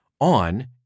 on